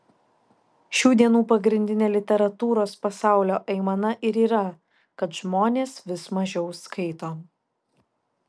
šių dienų pagrindinė literatūros pasaulio aimana ir yra kad žmonės vis mažiau skaito